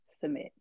submit